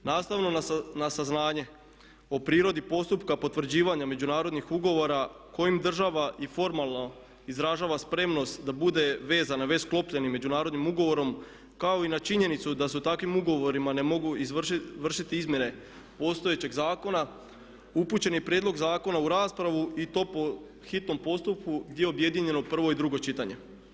Nastavno na saznanje o prirodi postupka potvrđivanja međunarodnih ugovora kojim država i formalno izražava spremnost da bude vezana već sklopljenim međunarodnim ugovorom kao i na činjenicu da se takvim ugovorima ne mogu vršiti izmjene postojećeg zakona upućen je prijedlog zakona u raspravu i to po hitnom postupku gdje je objedinjeno prvo i drugo čitanje.